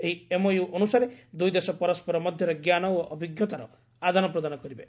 ଏହି ଏମ୍ଓୟୁ ଅନୁସାରେ ଦୁଇ ଦେଶ ପରସ୍କର ମଧ୍ୟରେ ଜ୍ଞାନ ଓ ଅଭିଜ୍ଞତାର ଆଦାନପ୍ରଦାନ କରିବେ